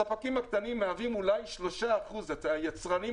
הספקים הקטנים מהווים אולי 3%. היצרנים